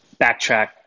backtrack